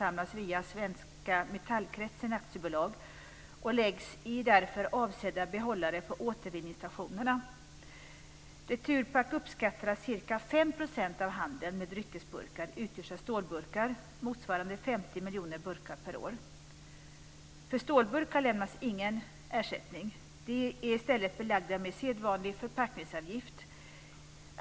AB och läggs i därför avsedda behållare på återvinningsstationerna. Returpack uppskattar att ca 5 % av handeln med dryckesburkar utgörs av stålburkar, motsvarande 50 miljoner burkar per år. För stålburkar lämnas ingen ersättning. De är i stället belagda med sedvanlig förpackningsavgift.